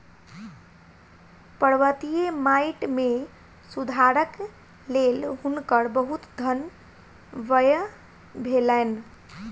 पर्वतीय माइट मे सुधारक लेल हुनकर बहुत धन व्यय भेलैन